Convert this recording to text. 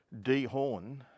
dehorn